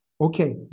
Okay